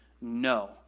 no